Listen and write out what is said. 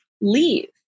leave